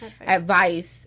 advice